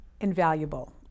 invaluable